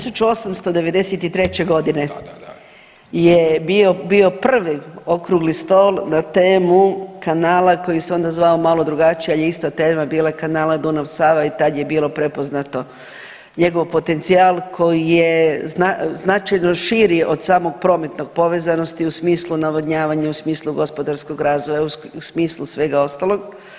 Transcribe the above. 1893.g. je bio prvi okrugli stol na temu kanala koji se onda zvao malo drugačije ali je ista tema bila Kanala Dunav-Sava i tad je bilo prepoznato njegov potencijal koji je značajno širi od samog prometnog povezanosti u smislu navodnjavanja, u smislu gospodarskog razvoja, u smislu svega ostalog.